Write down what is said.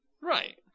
Right